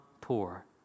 poor